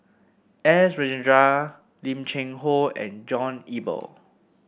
S Rajendran Lim Cheng Hoe and John Eber